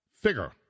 figure